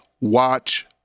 watch